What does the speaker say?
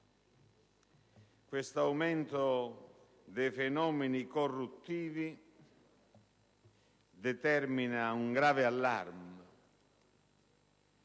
Questo aumento dei fenomeni corruttivi determina un grave allarme: